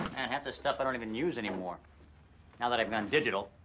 half this stuff, i don't even use anymore now that i've gone digital.